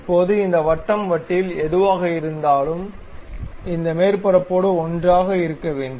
இப்போது இந்த வட்டம் வட்டில் எதுவாக இருந்தாலும் இந்த மேற்பரப்போடு ஒன்றாக இருக்க வேண்டும்